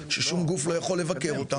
ששום גוף לא יכול לבקר אותם,